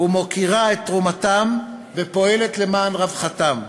ומוקירה את תרומתם ופועלת למען רווחתם.